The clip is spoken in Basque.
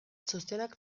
txostenak